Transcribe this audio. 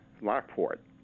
Lockport